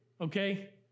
okay